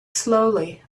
slowly